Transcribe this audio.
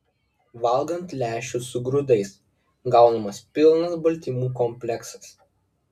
valgant lęšius su grūdais gaunamas pilnas baltymų kompleksas